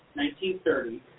1930